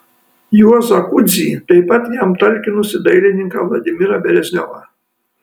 juozą kudzį taip pat jam talkinusį dailininką vladimirą beresniovą